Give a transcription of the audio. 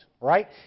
right